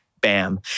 bam